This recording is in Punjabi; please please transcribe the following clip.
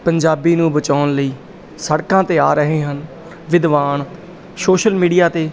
ਪੰਜਾਬੀ ਨੂੰ ਬਚਾਉਣ ਲਈ ਸੜਕਾਂ 'ਤੇ ਆ ਰਹੇ ਹਨ ਵਿਦਵਾਨ ਸੋਸ਼ਲ ਮੀਡੀਆ 'ਤੇ